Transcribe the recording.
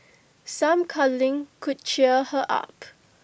some cuddling could cheer her up